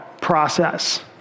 process